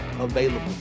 available